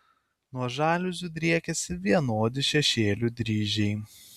nuo žaliuzių driekiasi vienodi šešėlių dryžiai